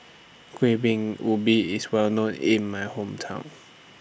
Kueh Bingka Ubi IS Well known in My Hometown